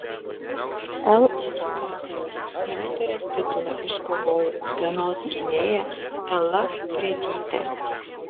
lmkl snaiperės titulą iškovojo utenos gynėja ela briedytė